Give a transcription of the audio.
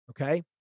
okay